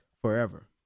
forever